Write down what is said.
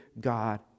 God